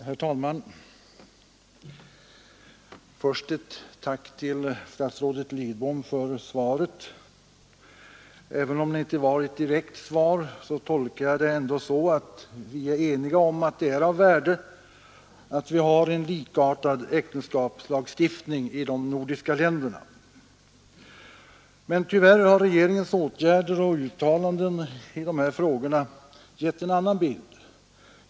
Herr talman! Först ett tack till statsrådet Lidbom för svaret. Även om det inte var ett direkt svar, tolkar jag det ändå så, att vi är eniga om att det är av värde att vi har en likartad äktenskapslagstiftning i de nordiska länderna. Men tyvärr har regeringens åtgärder och uttalanden i de här frågorna gett en annan bild.